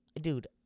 dude